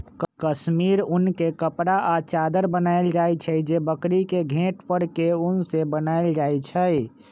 कस्मिर उन के कपड़ा आ चदरा बनायल जाइ छइ जे बकरी के घेट पर के उन से बनाएल जाइ छइ